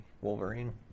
Wolverine